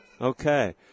Okay